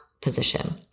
position